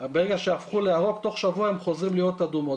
ברגע שהפכו לירוק יחזרו להיות אדומות.